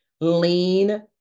lean